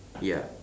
ya